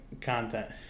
content